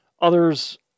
others